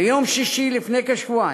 ביום שישי לפני כשבועיים,